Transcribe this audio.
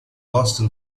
boston